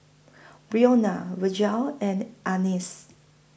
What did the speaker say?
Brionna Virgel and Annice